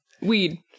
Weed